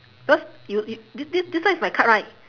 because you you th~ th~ this one is my card right